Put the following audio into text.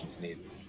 need